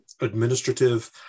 administrative